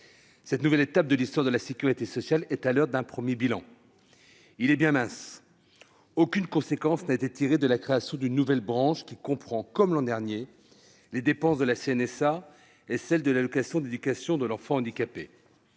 cette nouvelle étape de l'histoire de la sécurité sociale est à l'heure d'un premier bilan. Il est bien mince. Aucune conséquence n'a été tirée de la création d'une nouvelle branche qui comprend, comme l'an dernier, les dépenses de la Caisse nationale de solidarité